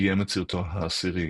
ביים את סרטו העשירי,